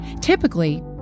Typically